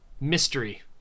Mystery